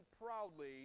proudly